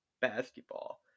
basketball